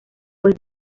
pues